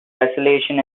tesselation